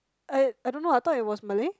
I I don't know I thought it was Malay